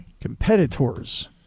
Competitors